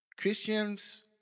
Christians